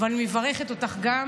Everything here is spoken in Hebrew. ואני מברכת גם אותך.